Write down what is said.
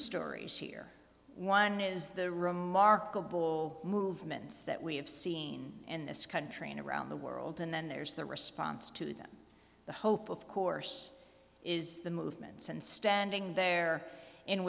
stories here one is the remarkable movements that we have seen in this country and around the world and then there's the response to them the hope of course is the movements and standing there in